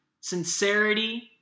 sincerity